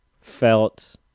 felt